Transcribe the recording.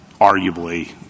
arguably—